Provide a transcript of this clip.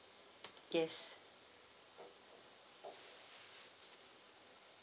yes